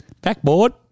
Backboard